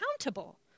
accountable